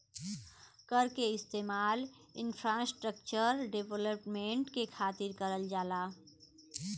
कर क इस्तेमाल इंफ्रास्ट्रक्चर डेवलपमेंट करे खातिर करल जाला